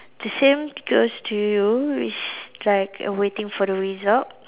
the same goes to you which like waiting for the result